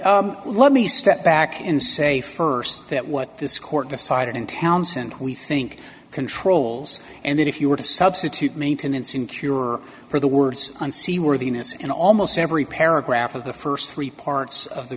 let me step back and say first that what this court decided in townsend we think controls and that if you were to substitute maintenance in cure for the words on seaworthiness in almost every paragraph of the first three parts of the